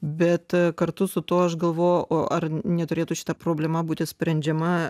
bet kartu su tuo aš galvoju o ar neturėtų šita problema būti sprendžiama